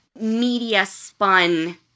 media-spun